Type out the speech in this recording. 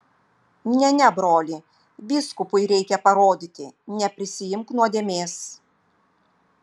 ne ne broli vyskupui reikia parodyti neprisiimk nuodėmės